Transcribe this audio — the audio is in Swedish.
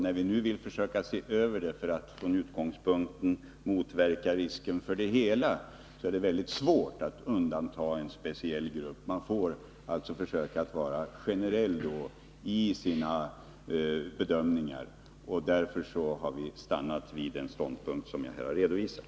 När vi nu vill försöka se över indexuppräkningarna från utgångspunkten att motverka risken för en inflationistisk utveckling som är till skada för hela samhället är det mycket svårt att undanta en speciell grupp. Därför har vi stannat vid den ståndpunkt som jag här har redovisat.